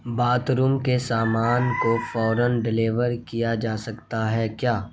bath room کے سامان کو فوراً ڈلیور کیا جا سکتا ہے کیا